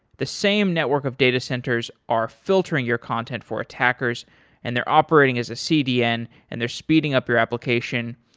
the same network of data centers are filtering your content for attackers and they're operating as a cdn and they're speeding up your application,